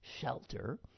shelter